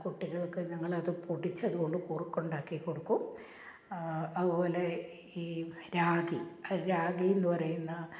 കുട്ടികള്ക്ക് ഞങ്ങളത് പൊടിച്ചതു കൊണ്ട് കുറുക്കുണ്ടാക്കി കൊടുക്കും അവ പോലെ ഈ റാഗി റാഗിയെന്നു പറയുന്ന